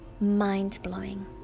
mind-blowing